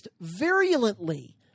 virulently